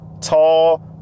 tall